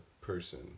person